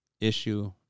issue